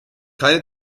keine